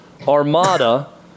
Armada